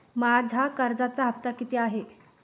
माझा कर्जाचा हफ्ता किती आहे?